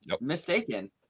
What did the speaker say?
mistaken